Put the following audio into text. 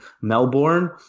Melbourne